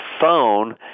phone